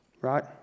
Right